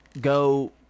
go